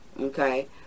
okay